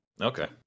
Okay